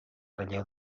relleu